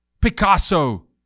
Picasso